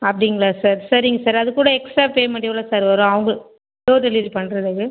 அப்படிங்களா சார் சேரிங்க சார் அதுக்கூட எக்ஸ்ட்ரா பேமண்ட் எவ்வளோ சார் வரும் அவங்க டோர் டெலிவரி பண்ணுறதுக்கு